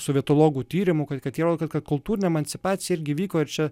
sovietologų tyrimų kad kad jie rodo kultūrinė emancipacija irgi vyko ir čia